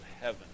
heaven